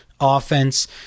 offense